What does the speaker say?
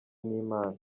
n’imana